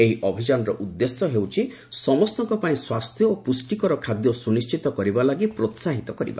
ଏହି ଅଭିଯାନର ଉଦ୍ଦେଶ୍ୟ ହେଉଛି ସମସ୍ତଙ୍କ ପାଇଁ ସ୍ୱାସ୍ଥ୍ୟ ଓ ପୁଷ୍ଟିକର ଖାଦ୍ୟ ସୁନିଶ୍ଚିତ କରିବା ଲାଗି ପ୍ରୋସାହିତ କରିବା